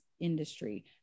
industry